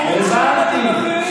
הבנתי.